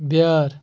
بیٲر